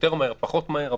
יותר מהר או פחות מהר,